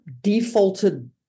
defaulted